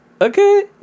okay